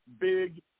big